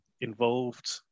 involved